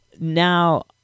now